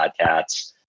podcasts